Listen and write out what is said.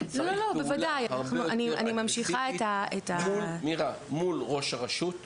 צריך פעולה הרבה יותר מסיבית מול ראש הרשות,